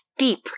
deep